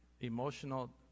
emotional